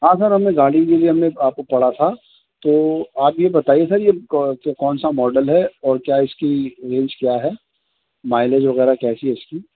ہاں سر ہم نے گاڑی کے لیے ہم نے آپ کو کرا تھا تو آپ یہ بتائیے سر یہ کون سا ماڈل ہے اور کیا اس کی رینج کیا ہے مائیلیج وغیرہ کیسی ہے اس کی